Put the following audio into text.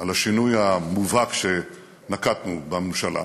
לשינוי המובהק שנקטנו בממשלה,